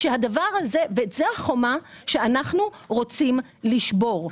זאת החומה שאנחנו רוצים לשבור,